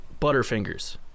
butterfingers